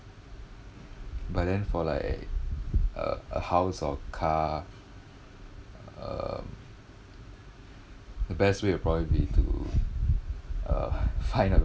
but then for like uh a house or car uh the best way will probably be to uh find a